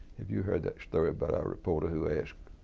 have you heard that story about our reporter who asked